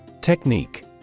Technique